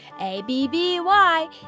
A-B-B-Y